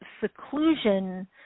seclusion